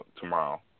tomorrow